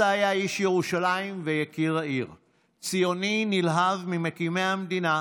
ואני אומר,